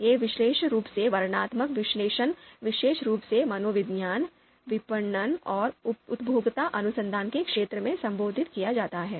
यह विशेष रूप से वर्णनात्मक विश्लेषण विशेष रूप से मनोविज्ञान विपणन और उपभोक्ता अनुसंधान के क्षेत्र में संबोधित किया जाता है